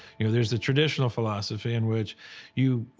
you know, there's the traditional philosophy, in which you,